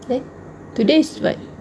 eh today's is what